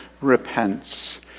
repents